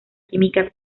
química